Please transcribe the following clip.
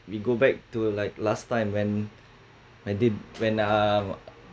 we go back to like last time when I did when um